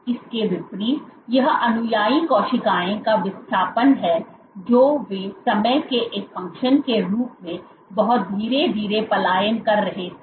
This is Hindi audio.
इसके विपरीत यह अनुयायी कोशिकाओं का विस्थापन है जो वे समय के एक फंक्शन के रूप में बहुत धीरे धीरे पलायन कर रहे थे